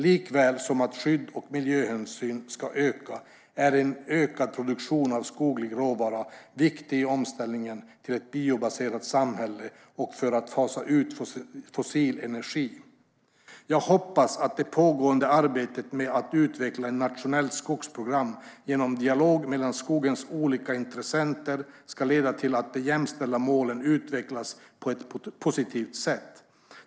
Likaväl som att skydd och miljöhänsyn ska öka är en ökad produktion av skoglig råvara viktig i omställningen till ett biobaserat samhälle och för att fasa ut fossil energi. Jag hoppas att det pågående arbetet med att utveckla ett nationellt skogsprogram genom dialog mellan skogens olika intressenter ska leda till att de jämställda målen utvecklas på ett positivt sätt.